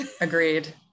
Agreed